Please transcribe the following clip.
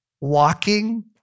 walking